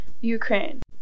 Ukraine